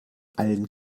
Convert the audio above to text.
allen